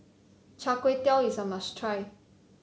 Char Kway Teow is a must try